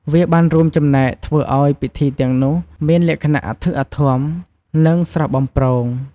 វាបានរួមចំណែកធ្វើឲ្យពិធីទាំងនោះមានលក្ខណៈអធិកអធម និងស្រស់បំព្រង។